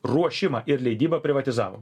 ruošimą ir leidybą privatizavom